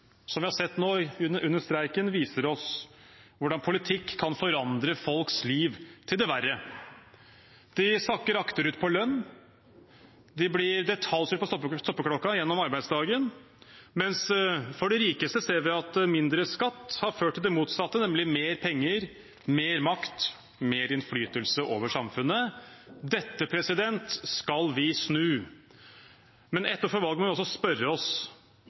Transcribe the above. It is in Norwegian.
som vi har sett nå under streiken, viser oss hvordan politikk kan forandre folks liv til det verre. De sakker akterut på lønn, de blir detaljstyrt av stoppeklokka gjennom arbeidsdagen, mens for de rikeste ser vi at mindre skatt har ført til det motsatte, nemlig mer penger, mer makt og mer innflytelse over samfunnet. Dette skal vi snu. Etter forrige valg må vi også spørre oss: